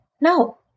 No